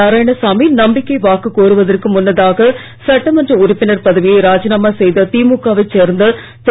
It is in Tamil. நாராயணசாமி நம்பிக்கை கோருவதற்கு முன்னதாக சட்டமன்ற உறுப்பினர் பதவியை ராஜினாமா செய்த திமுகவை சேர்ந்த திரு